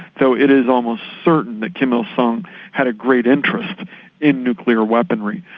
though it is almost certain that kim il-sung had a great interest in nuclear weaponry.